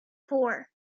four